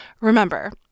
Remember